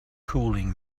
cooling